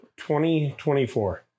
2024